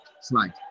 slide